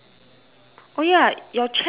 oh ya your chair right